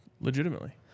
Legitimately